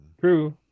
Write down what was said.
True